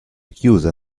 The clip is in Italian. chiusa